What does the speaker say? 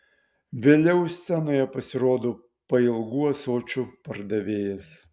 vėliau scenoje pasirodo pailgų ąsočių pardavėjas